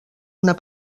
una